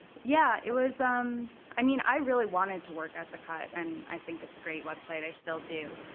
yeah, it was um i mean, i really wanted to work at the cut, and i think it's a great website. i still do.